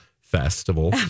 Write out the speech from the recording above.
Festival